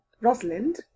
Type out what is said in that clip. Rosalind